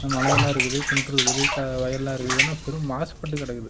இந்த மலை எல்லாம் இருக்குது குன்று இருக்குது வயல்லாம் இருக்குது ஆனால் பெரும் மாசுபட்டு கிடக்குது